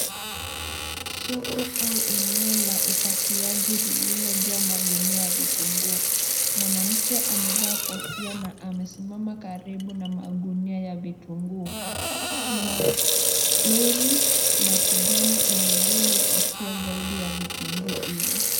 Soko au eneo la upakiaji lililojaa magunia ya vitunguu, mwanamke amevaa kofia na amesimama karibu na magunia ya vitunguu. Kuna lori la kijani ilililopakia zaidi ya vitunguu hivyo.